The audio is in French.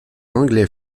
anglais